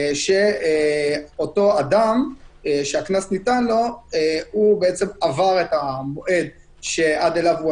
אותו אדם שהקנס ניתן לו עבר את המועד שעד אליו הוא